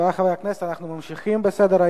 חברי חברי הכנסת, אנחנו ממשיכים בסדר-היום.